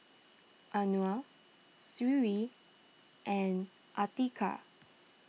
Anuar Sri and Atiqah